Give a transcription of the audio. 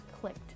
clicked